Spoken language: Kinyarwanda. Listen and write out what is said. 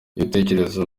ibitekerezo